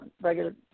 regular